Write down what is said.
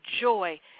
joy